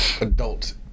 adults